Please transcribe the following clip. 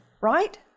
right